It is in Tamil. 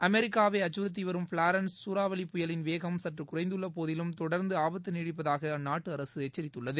அமெரிக்காவை அச்சுறுத்தி வரும் பிளாரன்ஸ் சூறாவளிப் புயலின் வேகம் சற்று குறைந்துள்ளபோதிலும் தொடர்ந்து ஆபத்து நீடிப்பதாக அந்நாட்டு அரசு எச்சித்துள்ளது